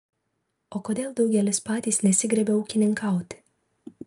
o kodėl daugelis patys nesigriebia ūkininkauti